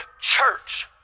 church